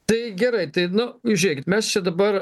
tai gerai tai nu žiūrėkit mes čia dabar